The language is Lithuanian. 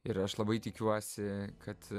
ir aš labai tikiuosi kad